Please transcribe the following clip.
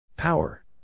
Power